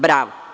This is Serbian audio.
Bravo.